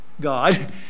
god